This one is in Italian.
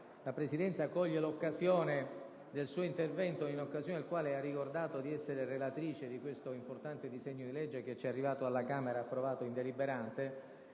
la Presidenza coglie l'occasione del suo intervento, nel corso del quale ha ricordato di essere relatrice di questo importante disegno di legge che ci è arrivato dalla Camera dopo essere